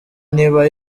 niba